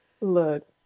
Look